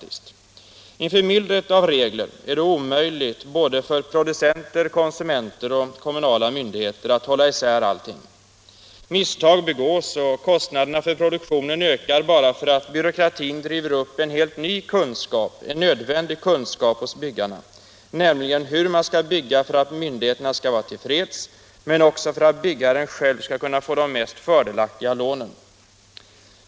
Inför myllret av regler är det omöjligt för producenter, konsumenter och myndigheter att hålla isär allting. Misstag begås och kostnaderna för produktionen ökar bara därför att byråkratin driver upp en helt ny men nödvändig kunskap hos byggarna —- nämligen om hur man skall bygga för att myndigheterna skall vara till freds men också för att byggherren själv skall kunna få de mest fördelaktiga lånen.